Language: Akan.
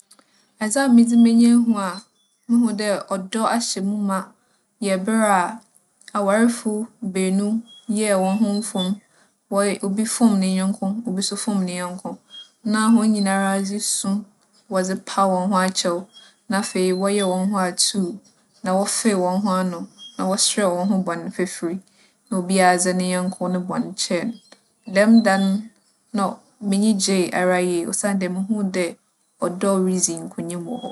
Adze a medze m'enyi ehu a muhu dɛ ͻdͻ ahyɛ mu ma yɛ ber a awarfo beenu yɛɛ hͻnho mfom. Wͻy - obi foom ne nyɛnko na obi so foom ne nyɛnko na hͻn nyinara dze su wͻdze paa hͻnho akyɛw. Na afei wͻyɛɛ hͻnho atuu, na wͻfeew hͻnho ano, na wͻserɛɛ hͻnho bͻn fafir, na obiara dze ne nyɛnko no bͻn kyɛɛ no. Dɛm da no, nͻ - m'enyi gyee ara yie osiandɛ muhun dɛ ͻdͻ ridzi nkonyim wͻ hͻ.